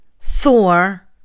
Thor